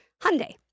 Hyundai